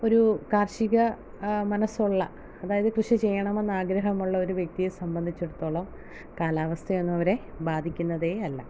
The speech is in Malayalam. ഒരു കാർഷിക മനസ്സുള്ള അതായത് കൃഷി ചെയ്യണമെന്ന് ആഗ്രഹമുള്ളൊരു വ്യക്തിയെ സംബന്ധിച്ചിടത്തോളം കാലാവസ്ഥയൊന്നും അവരെ ബാധിക്കുന്നതേ അല്ല